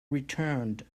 returned